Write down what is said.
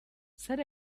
zer